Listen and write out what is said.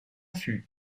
fut